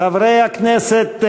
חברי הכנסת,